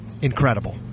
incredible